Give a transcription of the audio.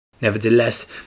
Nevertheless